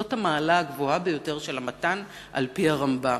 זאת המעלה הגבוהה ביותר של המתן על-פי הרמב"ם,